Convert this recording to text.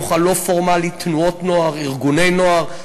תנועות נוער, ארגוני נוער.